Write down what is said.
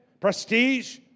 prestige